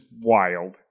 wild